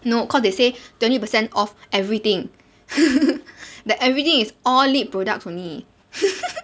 no cause they say twenty percent off everything that everything is all lip product only